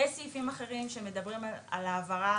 יש סעיפים אחרים שמדברים על העברה